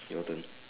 your turn